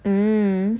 mm